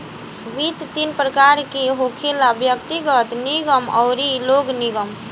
वित्त तीन प्रकार के होखेला व्यग्तिगत, निगम अउरी लोक निगम